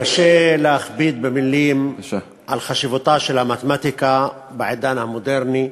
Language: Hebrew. קשה להכביר מילים על חשיבותה של המתמטיקה בעידן המודרני,